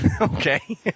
Okay